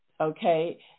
okay